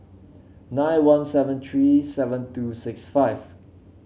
nine one seven three seven two six five